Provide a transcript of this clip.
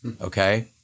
Okay